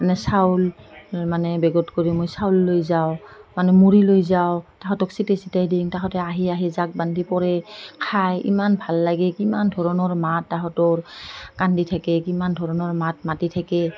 মানে চাউল মানে বেগত কৰি মই চাউল লৈ যাওঁ মানে মুড়ি লৈ যাওঁ সিহঁতক ছটিয়াই চটিয়াই দিওঁ সিহঁতে আহি আহি জাক বান্ধি পৰে খায় ইমান ভাল লাগে কিমান ধৰণৰ মাত তাহঁতৰ কান্দি থাকে কিমান ধৰণৰ মাত মাতি থাকে